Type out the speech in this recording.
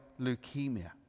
leukemia